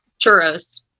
Churros